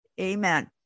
Amen